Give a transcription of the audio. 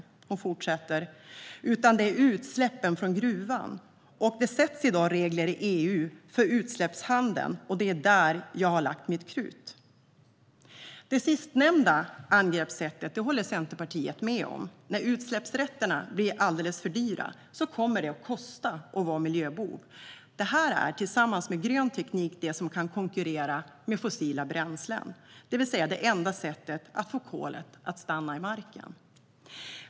Och så fortsätter hon: "Utan det är utsläppen från gruvan, och de sätts i dag i regler i EU för utsläppshandeln och det är där jag har lagt mitt krut." Det sistnämnda angreppssättet håller Centerpartiet med om. När utsläppsrätterna blir alldeles för dyra kommer det att kosta att vara miljöbov. Detta är, tillsammans med grön teknik, det som kan konkurrera med fossila bränslen, det vill säga det enda sättet att få kolet att stanna i marken.